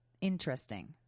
Interesting